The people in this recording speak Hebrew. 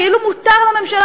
כאילו מותר לממשלה,